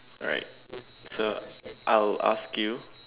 alright so I'll ask you